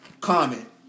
Comment